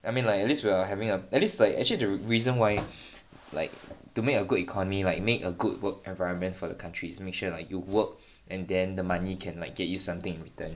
I mean like at least we are having err at least like actually the reason why like to make a good economy like make a good work environment for the country's make lah you work and then the money can like get you something in return